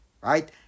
right